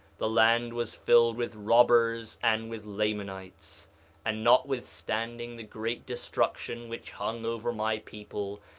the land was filled with robbers and with lamanites and notwithstanding the great destruction which hung over my people,